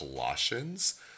Colossians